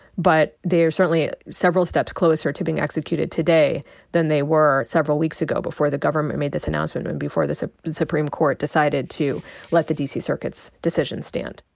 but they are certainly several steps closer to being executed today than they were several weeks ago before the government made this announcement and before the ah supreme court decided to let the d. c. circuit's decision stand.